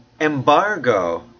embargo